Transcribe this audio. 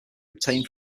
obtained